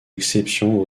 exceptions